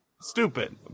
stupid